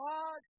God